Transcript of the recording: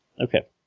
Okay